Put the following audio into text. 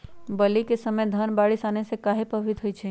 बली क समय धन बारिस आने से कहे पभवित होई छई?